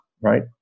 right